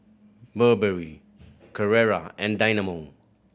Burberry Carrera and Dynamo